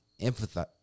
empathize